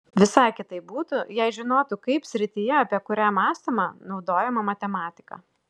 visai kitaip būtų jei žinotų kaip srityje apie kurią mąstoma naudojama matematika